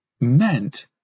meant